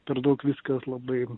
per daug viskas labai